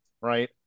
right